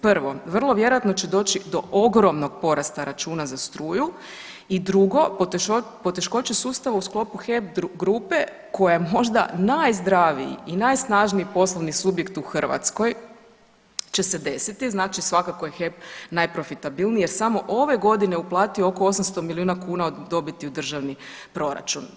Prvo, vrlo vjerojatno će doći do ogromnog porasta računa za struju i drugo, poteškoće sustava u sklopu HEP grupe koji je možda najzdraviji i najsnažniji poslovni subjekt u Hrvatskoj će se desiti, znači svakako je HEP najprofitabilniji jer samo ove godine je uplatio oko 800 milijuna kuna od dobiti u državni proračun.